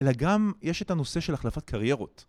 אלא גם יש את הנושא של החלפת קריירות